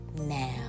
now